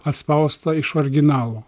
atspaustą iš originalo